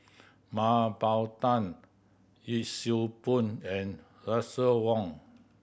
Mah Bow Tan Yee Siew Pun and Russel Wong